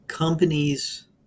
Companies